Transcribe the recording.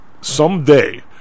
someday